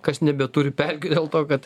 kas nebeturi pelkių dėl to kad